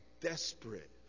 desperate